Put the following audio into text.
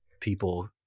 people